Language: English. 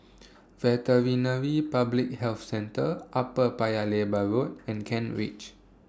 Veterinary Public Health Centre Upper Paya Lebar Road and Kent Ridge